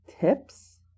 tips